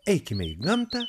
eikime į gamtą